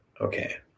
Okay